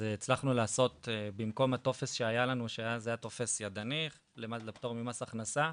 הצלחנו לעשות שבמקום הטופס שהיה לנו שאז היה טופס ידני לפטור ממס הכנסה,